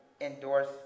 endorse